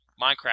Minecraft